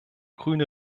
grüne